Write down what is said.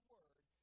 Word